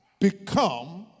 become